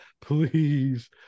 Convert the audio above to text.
please